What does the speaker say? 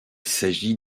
s’agit